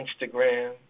Instagram